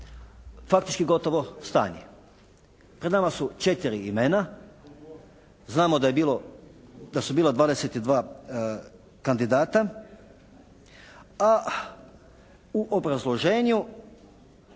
faktički gotovo stanje. Pred nama su četiri imena. Znamo da je bilo, da su bila 22 kandidata a u obrazloženju